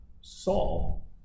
Saul